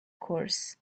course